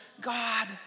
God